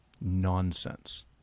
nonsense